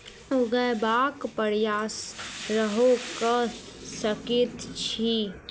उगयबाक प्रयास सेहो कऽ सकैत छी